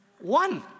One